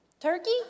Turkey